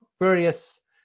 various